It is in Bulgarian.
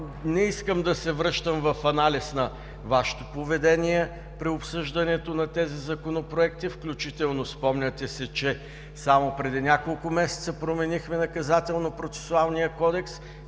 Не искам да се връщам в анализ на Вашето поведение при обсъждането на тези законопроекти, включително, спомняте си, че само преди няколко месеца променихме Наказателно-процесуалния кодекс.